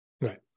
Right